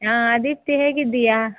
ಹಾಂ ದೀಪ್ತಿ ಹೇಗಿದ್ದೀಯಾ